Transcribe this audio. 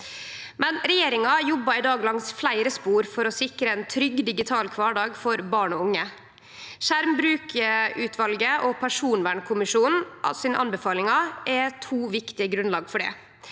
nett. Regjeringa jobbar i dag langs fleire spor for å sikre ein trygg digital kvardag for barn og unge. Skjermbrukutvalet og personvernkommisjonen sine anbefalingar er to viktige grunnlag for det.